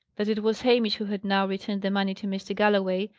that it was hamish who had now returned the money to mr. galloway,